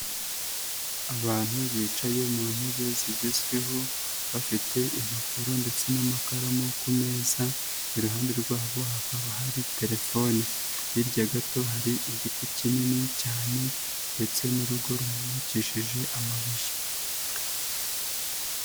Abantu bicaye mu ntebe zigezweho bafite impapuro ndetse n'amakaramu ku meza, iruhande rwabo hakaba hari telefoni, hirya gato hari igiti kinini cyane ndetse n'urugo rwubakishije amabuye.